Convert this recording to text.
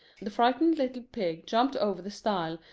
the frightened little pig jumped over the stile,